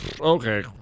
Okay